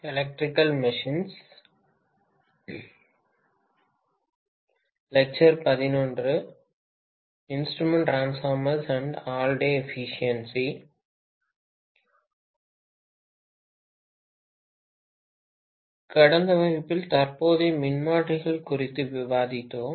எனவே கடந்த வகுப்பில் தற்போதைய மின்மாற்றிகள் குறித்து விவாதித்தோம்